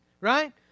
right